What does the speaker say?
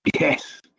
Yes